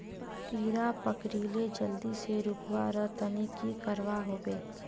कीड़ा पकरिले जल्दी से रुकवा र तने की करवा होबे?